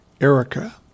Erica